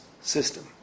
system